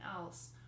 else